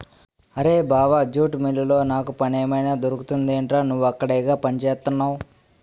అరేయ్ బావా జూట్ మిల్లులో నాకు పనేమైనా దొరుకుతుందెట్రా? నువ్వక్కడేగా పనిచేత్తున్నవు